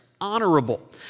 honorable